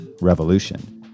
revolution